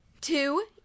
Two